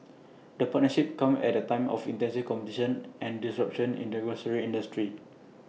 the partnership comes at A time of intense competition and disruption in the grocery industry